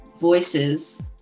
voices